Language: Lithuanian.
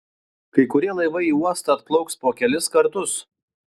kai kurie laivai į uostą atplauks po kelis kartus